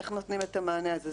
איך נותנים את המענה הזה.